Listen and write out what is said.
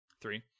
three